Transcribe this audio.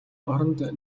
оронд